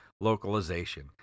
localization